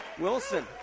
Wilson